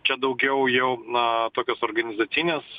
čia daugiau jau na tokios organizacinės